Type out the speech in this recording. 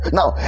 Now